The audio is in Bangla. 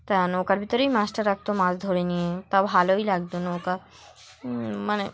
তা নৌকার ভিতরেই মাছটা রাখতো মাছ ধরে নিয়ে তাও ভালোই লাগতো নৌকা মানে